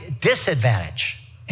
disadvantage